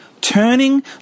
turning